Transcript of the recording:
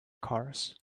cars